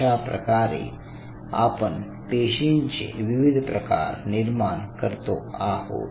अशाप्रकारे आपण पेशींचे विविध प्रकार निर्माण करतो आहोत